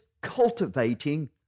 cultivating